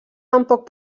tampoc